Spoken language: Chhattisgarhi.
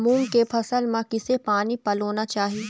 मूंग के फसल म किसे पानी पलोना चाही?